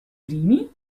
primi